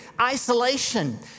Isolation